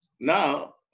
now